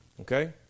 okay